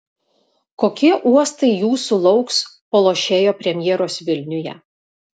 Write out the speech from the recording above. kokie uostai jūsų lauks po lošėjo premjeros vilniuje